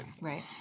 Right